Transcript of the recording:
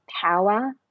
power